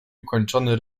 ukończony